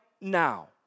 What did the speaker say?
now